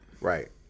Right